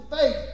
faith